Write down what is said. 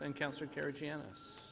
and counselor karygiannis.